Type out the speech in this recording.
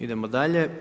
Idemo dalje.